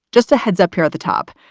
just a heads up here at the top.